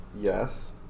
yes